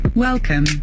Welcome